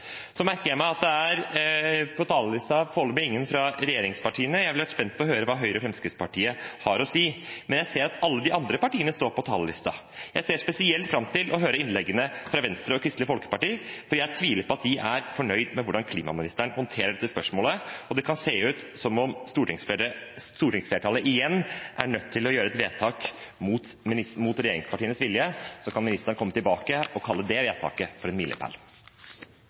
Så merker jeg meg at det på talerlisten foreløpig er ingen fra regjeringspartiene. Jeg ville vært spent på å høre hva Høyre og Fremskrittspartiet har å si. Men jeg ser at alle de andre partiene står på talerlisten. Jeg ser spesielt fram til å høre innleggene fra Venstre og Kristelig Folkeparti, for jeg tviler på at de er fornøyd med hvordan klimaministeren håndterer dette spørsmålet, og det kan se ut som om stortingsflertallet igjen er nødt til å gjøre et vedtak mot regjeringspartienes vilje. Så kan ministeren komme tilbake og kalle det vedtaket for «en milepæl».